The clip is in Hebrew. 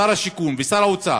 שר השיכון ושר האוצר,